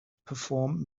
perform